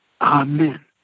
amen